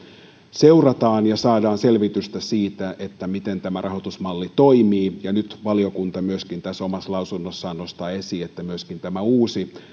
seurataan ja saadaan selvitystä siitä miten tämä rahoitusmalli toimii ja nyt valiokunta tässä omassa mietinnössään nostaa esiin että myöskin tämä uusi